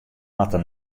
moatte